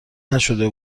نشده